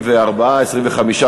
24. 25,